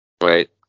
right